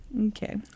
okay